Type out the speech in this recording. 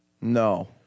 No